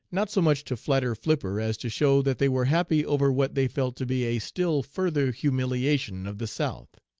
not so much to flatter flipper as to show that they were happy over what they felt to be a still further humiliation of the south.